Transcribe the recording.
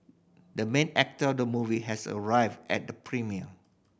the main actor of the movie has arrived at the premiere